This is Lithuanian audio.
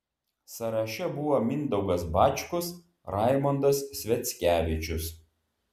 sąraše buvo mindaugas bačkus raimondas sviackevičius